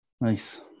Nice